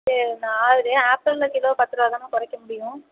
சேரிண்ணா ஆ ஆப்பிளில் கிலோ பத்துருபாதாண்ணா குறைக்க முடியும்